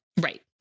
Right